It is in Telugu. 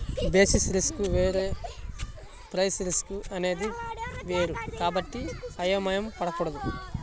బేసిస్ రిస్క్ వేరు ప్రైస్ రిస్క్ అనేది వేరు కాబట్టి అయోమయం పడకూడదు